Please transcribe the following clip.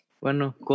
Bueno